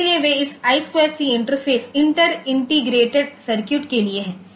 इसलिए वे इस I2C इंटरफ़ेस इंटर इंटीग्रेटेड सर्किटके लिए हैं